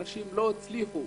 אנשים לא הצליחו